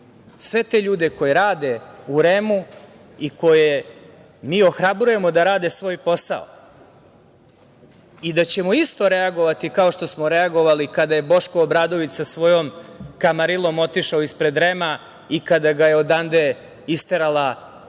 sve te ljude koji rade u REM-u i koje mi ohrabrujemo da rade svoj posao i da ćemo isto reagovati kao što smo reagovali kada je Boško Obradović sa svojom kamarilom otišao ispred REM-a i kada ga je odande isterala Olivera